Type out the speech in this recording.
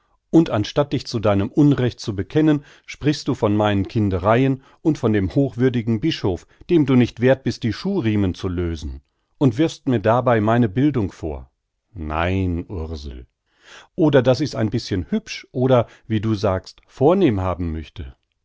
und anstatt dich zu deinem unrecht zu bekennen sprichst du von meinen kindereien und von dem hochwürdigen bischof dem du nicht werth bist die schuhriemen zu lösen und wirfst mir dabei meine bildung vor nein ursel oder daß ich's ein bischen hübsch oder wie du sagst vornehm haben möchte